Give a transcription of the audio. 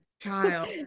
child